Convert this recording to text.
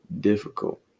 difficult